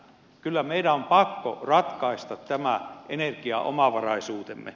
kyllä meidän on pakko ratkaista tämä energiaomavaraisuutemme